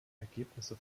ergebnisse